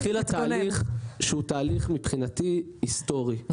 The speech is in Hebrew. התחילה תהליך שמבחינתי הוא תהליך היסטורי,